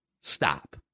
Stop